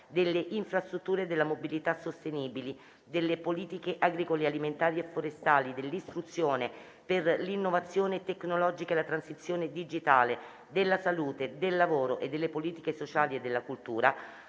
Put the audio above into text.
delle infrastrutture e della mobilità sostenibili, delle politiche agricole alimentari e forestali, dell'istruzione, per l'innovazione tecnologica e la transizione digitale, della salute, del lavoro e delle politiche sociali e della cultura:*